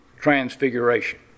transfiguration